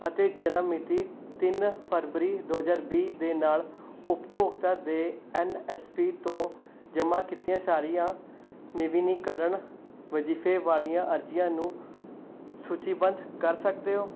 ਅਤੇ ਜਨਮ ਮਿਤੀ ਤਿੰਨ ਫਰਵਰੀ ਦੋ ਹਜ਼ਾਰ ਵੀਹ ਦੇ ਨਾਲ ਉਪਭੋਗਤਾ ਦੇ ਐੱਨ ਐੱਸ ਪੀ ਤੋਂ ਜਮ੍ਹਾਂ ਕੀਤੀਆਂ ਸਾਰੀਆਂ ਨਿਵੀਨੀਕਰਨ ਵਜ਼ੀਫੇ ਵਾਲੀਆਂ ਅਰਜ਼ੀਆਂ ਨੂੰ ਸੂਚੀਬੱਧ ਕਰ ਸਕਦੇ ਹੋ